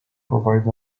provides